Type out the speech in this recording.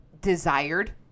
desired